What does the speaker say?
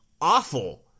awful